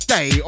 Day